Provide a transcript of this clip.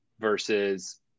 versus